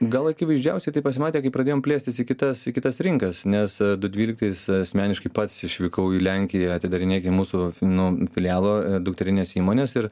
gal akivaizdžiausiai tai pasimatė kai pradėjom plėstis į kitas į kitas rinkas nes du dvyliktais asmeniškai pats išvykau į lenkiją atidarinėti mūsų nu filialo dukterinės įmonės ir